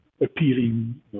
appealing